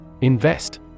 invest